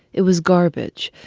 it was garbage.